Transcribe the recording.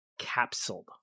capsuled